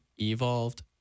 evolved